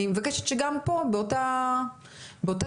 אני מבקשת שגם פה באותה שיטה